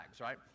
right